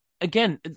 again